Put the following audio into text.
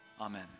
Amen